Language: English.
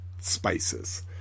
spices